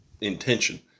intention